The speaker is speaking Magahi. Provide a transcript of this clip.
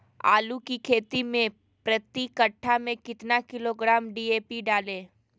आलू की खेती मे प्रति कट्ठा में कितना किलोग्राम डी.ए.पी डाले?